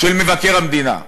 של מבקר המדינה?